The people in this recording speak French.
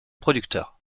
producteur